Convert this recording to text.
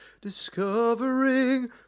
Discovering